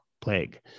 Plague